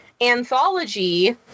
anthology